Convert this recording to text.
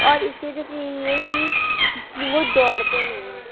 اور اس کی وجہ بس یہی ہے کہ وہ دوڑتے نہیں ہیں